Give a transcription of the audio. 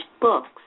books